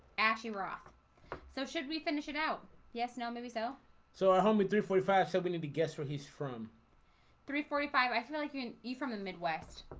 actually rock so should we finish it out yes no, maybe so so homie three forty five selby to be guest for his from three forty five i feel like you and you from the midwest